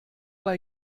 bei